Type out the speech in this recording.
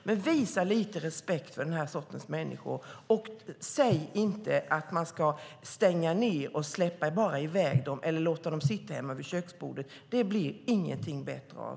Men visa lite respekt för den här sortens människor och säg inte att man ska stänga och bara släppa iväg dem eller låta dem sitta hemma vid köksbordet! Det blir ingenting bättre av.